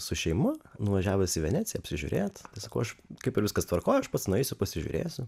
su šeima nuvažiavus į veneciją apsižiūrėt sakau aš kaip ir viskas tvarkoj aš pats nueisiu pasižiūrėsiu